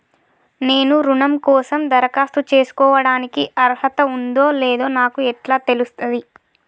నేను రుణం కోసం దరఖాస్తు చేసుకోవడానికి అర్హత ఉందో లేదో నాకు ఎట్లా తెలుస్తది?